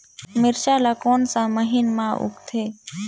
मिरचा ला कोन सा महीन मां उगथे?